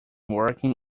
working